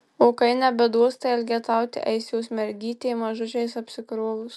o kai nebeduos tai elgetauti eis jos mergytė mažučiais apsikrovus